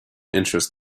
interest